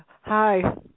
Hi